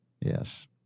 Yes